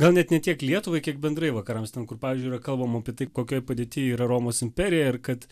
gal net ne tiek lietuvai kiek bendrai vakarams ten kur pavyzdžiui yra kalbama apie tai kokioj padėty yra romos imperija ir kad